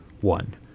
One